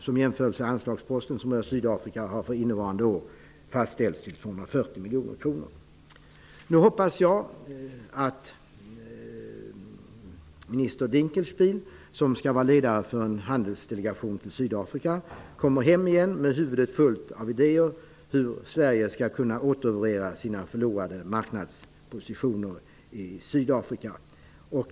Som jämförelse kan sägas att den totala anslagsposten som rör Nu hoppas jag att minister Dinkelspiel, som skall vara ledare för en handelsdelegation till Sydafrika, kommer hem igen med huvudet fullt av idéer om hur Sverige skall kunna återerövra sina förlorade marknadspositioner i Sydafrika.